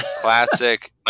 Classic